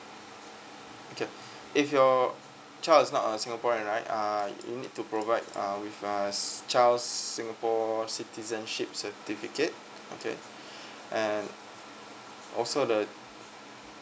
okay if your child is not a singaporean right uh you need to provide um with a child's singapore citizenship certificate okay and also the